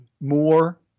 more